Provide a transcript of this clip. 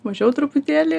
mažiau truputėlį